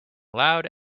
loud